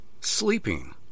sleeping